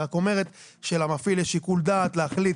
היא רק אומרת שלמפעיל יש שיקול דעת להחליט